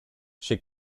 she